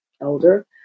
elder